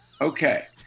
okay